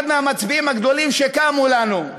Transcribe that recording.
אחד מהמצביאים הגדולים שקמו לנו.